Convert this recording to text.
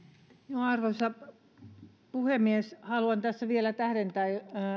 arvoisa puhemies haluan tässä vielä tähdentää